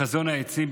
אסיים בחזון העצים,